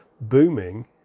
booming